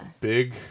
Big